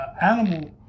animal